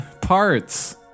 parts